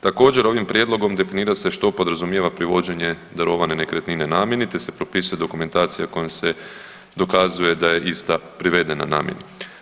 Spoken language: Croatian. Također, ovim Prijedlogom definira se što podrazumijeva privođenje darovane nekretnine namjeni te se propisuje dokumentacija kojom se dokazuje da je ista privedena namjeni.